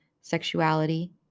sexuality